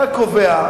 אתה קובע,